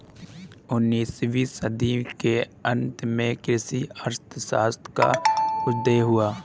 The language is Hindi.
उन्नीस वीं सदी के अंत में कृषि अर्थशास्त्र का उदय हुआ